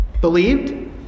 believed